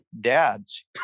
dads